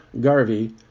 Garvey